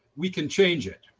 we can change it.